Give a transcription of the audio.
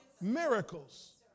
Miracles